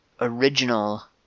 original